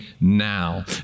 now